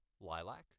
Lilac